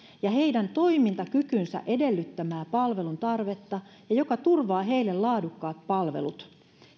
ja heidän toimintakykynsä edellyttämää palvelun tarvetta ja joka turvaa heille laadukkaat palvelut